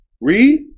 Read